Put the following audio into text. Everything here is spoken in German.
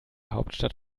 hauptstadt